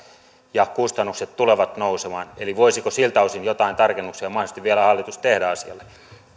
ja kustannukset tulevat nousemaan eli voisiko siltä osin hallitus joitain tarkennuksia mahdollisesti vielä tehdä asialle